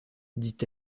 dit